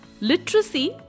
LITERACY